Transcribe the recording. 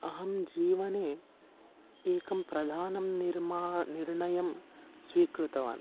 अहं जीवने एकं प्रधानं निर्मा निर्णयं स्वीकृतवान्